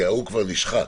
כי ההוא כבר נשחק.